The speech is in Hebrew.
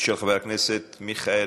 של חבר הכנסת מיכאל